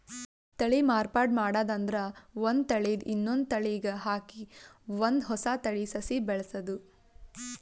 ತಳಿ ಮಾರ್ಪಾಡ್ ಮಾಡದ್ ಅಂದ್ರ ಒಂದ್ ತಳಿದ್ ಇನ್ನೊಂದ್ ತಳಿಗ್ ಹಾಕಿ ಒಂದ್ ಹೊಸ ತಳಿ ಸಸಿ ಬೆಳಸದು